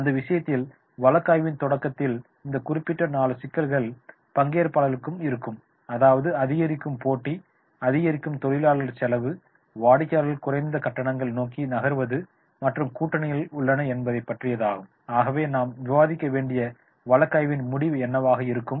எனவே அந்த விஷயத்தில் வழக்காய்வின் தொடக்கத்தில் இந்த குறிப்பிட்ட 4 சிக்கல்கள் பங்கேற்பாளர்களுக்கு இருக்கும் அதாவது அதிகரிக்கும் போட்டி அதிகரிக்கும் தொழிலாளர் செலவு வாடிக்கையாளர்கள் குறைந்த கட்டணங்களை நோக்கி நகர்வது மற்றும் கூட்டணிகள் உள்ளன என்பதை பற்றியதாகும் ஆகவே நாம் விவாதிக்க வேண்டிய வழக்காய்வின் முடிவு என்னவாக இருக்கும்